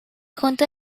junta